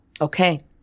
Okay